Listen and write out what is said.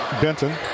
Benton